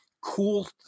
cool